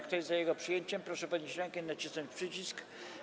Kto jest za jego przyjęciem, proszę podnieść rękę i nacisnąć przycisk.